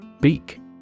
Beak